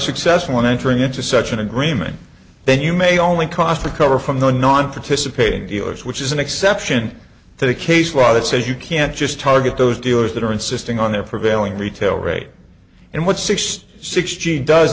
successful in entering into such an agreement then you may only cost recover from the non for to subpoena dealers which is an exception to the case law that says you can't just target those dealers that are insisting on their prevailing retail rate and what sixty six